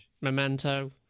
Memento